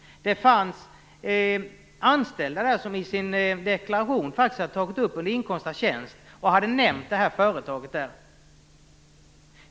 Det fanns anställda som i sin deklaration faktiskt hade nämnt det här företaget under "Inkomst av tjänst".